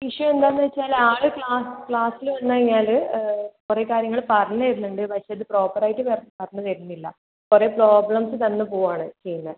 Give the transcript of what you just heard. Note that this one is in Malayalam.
ഇഷ്യൂ എന്താന്ന് വച്ചാൽ ആള് ക്ലാസ്സ് ക്ലാസ്സിൽ വന്ന് കഴിഞ്ഞാൽ കുറെ കാര്യങ്ങൾ പറഞ്ഞരുന്നണ്ട് പക്ഷേ അത് പ്രോപ്പർ ആയിട്ട് പറഞ്ഞ് തരുന്നില്ല കുറെ പ്രോബ്ലെംസ് തന്ന് പോവാണ് ചെയ്യുന്നത്